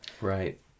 Right